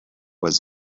was